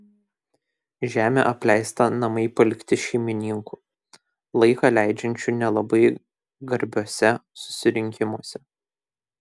žemė apleista namai palikti šeimininkų laiką leidžiančių nelabai garbiuose susirinkimuose